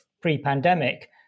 pre-pandemic